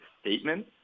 statement